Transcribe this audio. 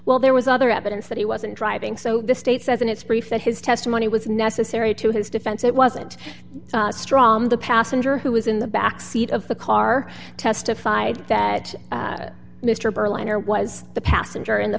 while there was other evidence that he wasn't driving so the state says in its brief that his testimony was necessary to his defense it wasn't strong the passenger who was in the back seat of the car testified that mr berliner was the passenger in the